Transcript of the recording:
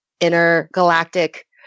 intergalactic